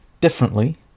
differently